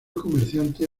comerciante